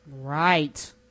Right